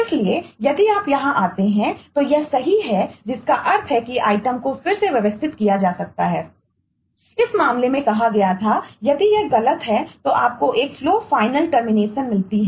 इसलिए यदि आप यहां आते हैं तो यह सही है जिसका अर्थ है कि आइटम से आ रही है